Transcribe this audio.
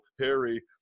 harry